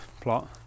plot